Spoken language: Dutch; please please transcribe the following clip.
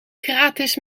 gratis